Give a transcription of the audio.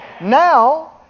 Now